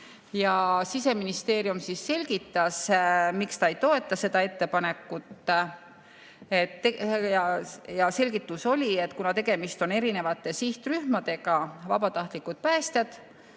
Siseministeerium selgitas, miks ta ei toeta seda ettepanekut. Ja selgitus oli, et tegemist on erinevate sihtrühmadega. Vabatahtlikud päästjad